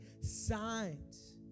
signs